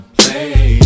play